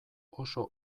oso